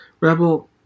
Rebel